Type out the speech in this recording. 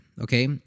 okay